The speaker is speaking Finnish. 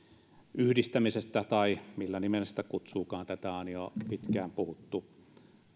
yhdistämisestä tai millä nimellä sitä kutsuukaan tätä on jo pitkään puhuttu